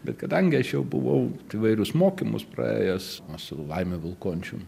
bet kadangi aš jau buvau įvairius mokymus praėjęs o su laimiu vilkončium